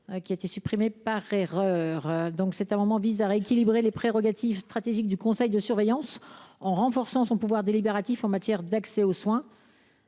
qui a été retiré par erreur. Il vise à rééquilibrer les prérogatives stratégiques du conseil de surveillance, en renforçant son pouvoir délibératif en matière d’accès aux soins.